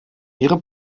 ihre